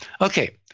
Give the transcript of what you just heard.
Okay